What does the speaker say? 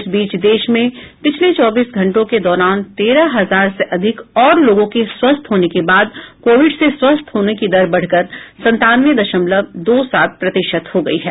इस बीच देश में पिछले चौबीस घंटे के दौरान तेरह हजार से अधिक और लोगों के स्वस्थ होने के बाद कोविड से स्वस्थ होने की दर बढकर संतानवे दशमलव दो सात प्रतिशत हो गई है